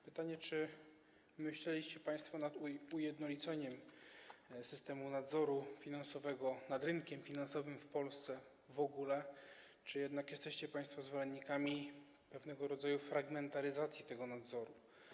Pytanie: Czy myśleliście państwo nad ujednoliceniem systemu nadzoru finansowego nad rynkiem finansowym w Polsce w ogóle, czy jednak jesteście państwo zwolennikami pewnego rodzaju fragmentaryzacji tego nadzoru?